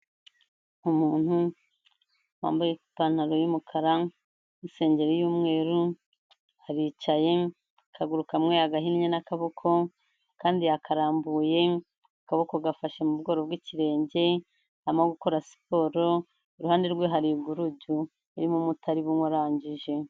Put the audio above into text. Umuntu wambaye ipantaro y'umukara, n'isengeri y'umweru, aricaye, akaguru kamwe yagahinnye n'akaboko, akandi yakararambuye, akaboko gafashe mu bworo bw'ikirenge, arimo gukora siporo, iruhande rwe hari igurudu irimo umuti ari bunywe arangije.